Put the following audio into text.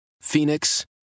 Phoenix